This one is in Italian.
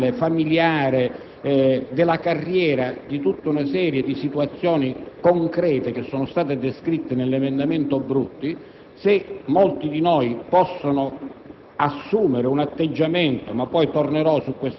difficoltà notevoli sul piano personale, familiare, della carriera e di tutta una serie di situazioni concrete descritte nell'emendamento Brutti, se molti di noi possono